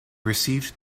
received